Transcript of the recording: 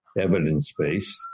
evidence-based